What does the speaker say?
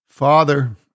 Father